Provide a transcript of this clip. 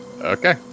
Okay